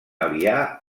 aliar